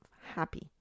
happy